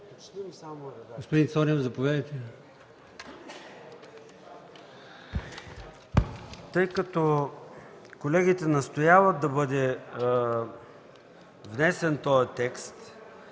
Тъй като колегите настояват да бъде внесен този текст